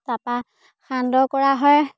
তাৰপৰা সান্দহ কৰা হয়